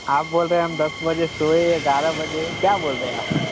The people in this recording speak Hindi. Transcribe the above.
आप बोल रहे हैं हम दस बजे सोए ग्यारह बजे क्या बोल रहे हैं आप